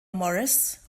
morris